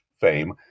fame